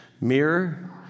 Mirror